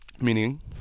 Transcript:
Meaning